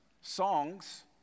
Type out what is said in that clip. songs